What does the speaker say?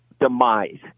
demise